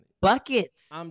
buckets